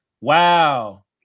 Wow